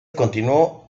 continuó